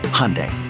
Hyundai